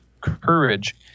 courage